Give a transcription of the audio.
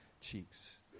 cheeks